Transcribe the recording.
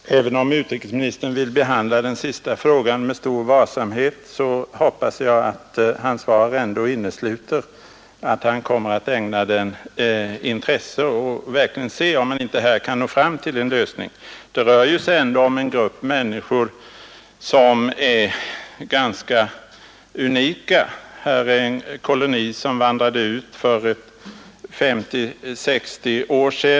Herr talman! Även om utrikesministern vill behandla den sista frågan med stor varsamhet hoppas jag att hans svar ändå innesluter att han kommer att ägna den intresse och verkligen undersöka, om man inte här kan nå fram till en lösning. Det rör sig dock om en unik grupp människor, en koloni som utvandrade för femtio sextio år sedan.